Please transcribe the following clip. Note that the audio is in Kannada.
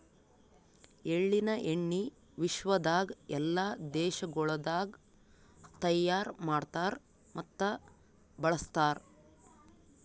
ಎಳ್ಳಿನ ಎಣ್ಣಿ ವಿಶ್ವದಾಗ್ ಎಲ್ಲಾ ದೇಶಗೊಳ್ದಾಗ್ ತೈಯಾರ್ ಮಾಡ್ತಾರ್ ಮತ್ತ ಬಳ್ಸತಾರ್